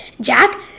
Jack